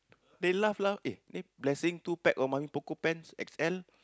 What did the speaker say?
they laugh laugh eh blessing two pack of Mamy-Poko-pants X_L